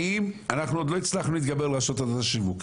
האם, אנחנו עוד לא הצלחנו להתגבר על רשתות השיווק.